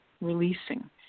releasing